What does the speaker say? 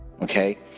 Okay